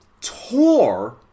tore